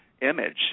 image